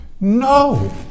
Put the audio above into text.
No